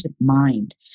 mind